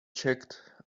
checked